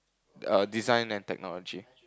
err design and technology